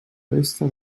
resta